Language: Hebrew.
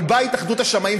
אבל באה התאחדות השמאים,